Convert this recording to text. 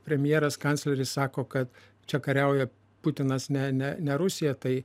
premjeras kancleris sako kad čia kariauja putinas ne ne ne rusija tai